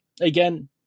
again